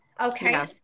Okay